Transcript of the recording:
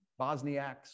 Bosniaks